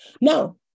Now